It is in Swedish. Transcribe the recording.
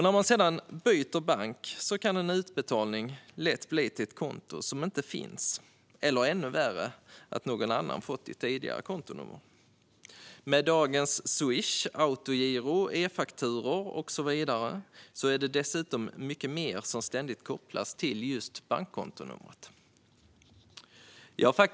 När man sedan byter bank kan en utbetalning lätt ske till ett konto som inte finns eller - ännu värre - till någon som har fått ens tidigare kontonummer. Med dagens Swish, autogiro, efakturor och så vidare är det dessutom mycket mer som ständigt kopplas till just bankkontonumret.